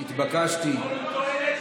דיני עבודה